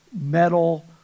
metal